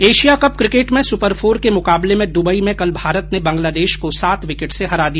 Asia cup cricket में super four के मुकाबले में दुबई में कल भारत ने बंगलादेश को सात विकेट से हरा दिया